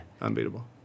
unbeatable